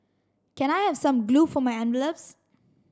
can I have some glue for my envelopes